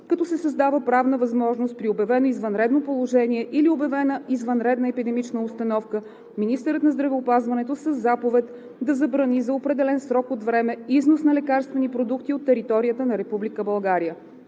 като се създава правна възможност при обявено извънредно положение или обявена извънредна епидемична обстановка министърът на здравеопазването със заповед да забрани за определен срок от време износ на лекарствени продукти от територията на